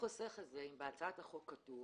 חוסך את זה, אם בהצעת החוק כתוב